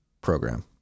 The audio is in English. program